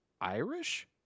Irish